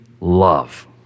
love